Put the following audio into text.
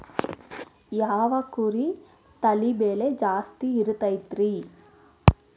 ಯಾವ ಕುರಿ ತಳಿ ಬೆಲೆ ಜಾಸ್ತಿ ಇರತೈತ್ರಿ?